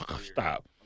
Stop